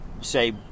say